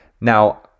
Now